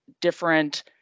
different